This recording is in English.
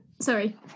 sorry